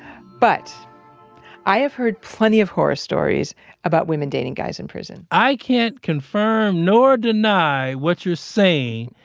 but i have heard plenty of horror stories about women dating guys in prison i can't confirm nor deny what you're saying,